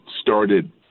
started